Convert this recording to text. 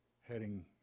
heading